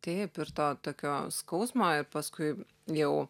taip ir to tokio skausmo ir paskui jau